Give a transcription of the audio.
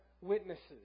witnesses